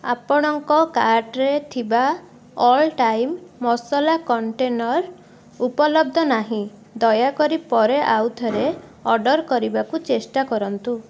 ଆପଣଙ୍କ କାର୍ଟ୍ରେ ଥିବା ଅଲ୍ ଟାଇମ୍ ମସଲା କଣ୍ଟେନର୍ ଉପଲବ୍ଧ ନାହିଁ ଦୟାକରି ପରେ ଆଉ ଥରେ ଅର୍ଡ଼ର୍ କରିବାକୁ ଚେଷ୍ଟା କରନ୍ତୁ